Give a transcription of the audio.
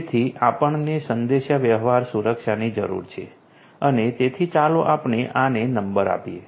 તેથી આપણને સંદેશાવ્યવહાર સુરક્ષાની જરૂર છે અને તેથી ચાલો આપણે આને નંબર આપીએ